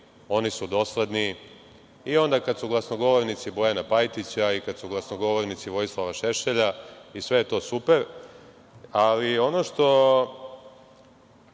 oni su dosledni i onda kada su glasnogovornici Bojana Pajtića i kada su glasnogovornici Vojislava Šešelja, i sve je to super. Ali, ono što